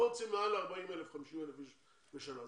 הם לא רצים מעל 40,000, 50,000 אנשים בשנה.